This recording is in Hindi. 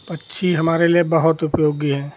पक्षी हमारे लिए बहुत उपयोगी हैं